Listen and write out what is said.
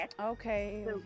Okay